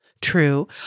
True